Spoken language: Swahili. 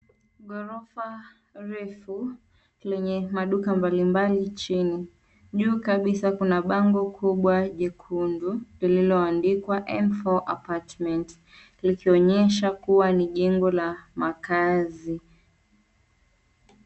Ghorofa refu lenye maduka mbali mbali chini. Juu kabisa kuna bango kubwa jekundu, lililoandikwa M4 Apartments, likionyesha kua ni jengo la makazi.